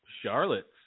Charlotte's